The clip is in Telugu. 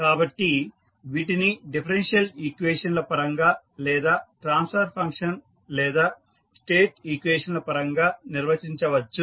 కాబట్టి వీటిని డిఫరెన్షియల్ ఈక్వేషన్స్ ల పరంగా లేదా ట్రాన్స్ఫర్ ఫంక్షన్ లేదా స్టేట్ ఈక్వేషన్ ల పరంగా నిర్వచించవచ్చు